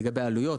לגבי העלויות,